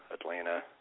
Atlanta